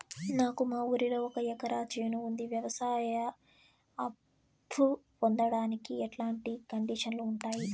నాకు మా ఊరిలో ఒక ఎకరా చేను ఉంది, వ్యవసాయ అప్ఫు పొందడానికి ఎట్లాంటి కండిషన్లు ఉంటాయి?